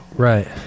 Right